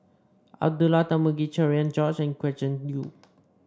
Abdullah Tarmugi Cherian George Gretchen Liu